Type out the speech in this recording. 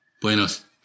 buenos